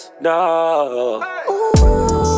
no